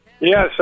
Yes